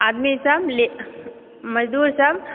आदमी सब मजदूर सब